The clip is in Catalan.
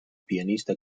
pianista